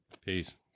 peace